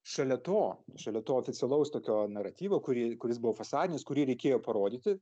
šalia to šalia to oficialaus tokio naratyvo kurį kuris buvo fasadinis kurį reikėjo parodyti